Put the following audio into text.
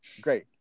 Great